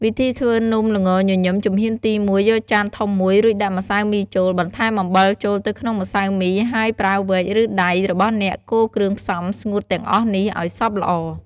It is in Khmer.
វិធីធ្វើនំល្ងញញឹម ជំហានទី ១ យកចានធំមួយ រួចដាក់ម្សៅមីចូល បន្ថែម អំបិលចូលទៅក្នុងម្សៅមី ហើយប្រើវែក ឬដៃរបស់អ្នកកូរគ្រឿងផ្សំស្ងួតទាំងអស់នេះឱ្យសព្វល្អ។